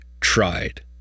tried